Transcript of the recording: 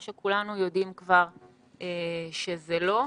מה שכולנו יודעים כבר שזה לא.